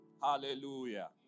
Hallelujah